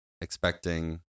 expecting